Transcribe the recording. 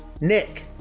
Nick